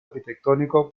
arquitectónico